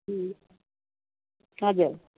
हजुर